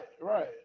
right